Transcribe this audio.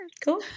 Cool